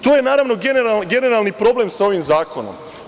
To je generalni problem sa ovim zakonom.